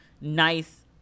nice